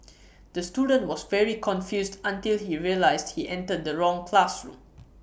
the student was very confused until he realised he entered the wrong classroom